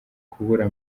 kubura